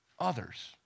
others